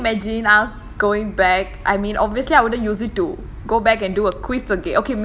like can you imagine us going back I mean obviously I wouldn't use it to